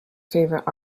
favorite